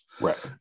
Right